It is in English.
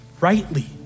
rightly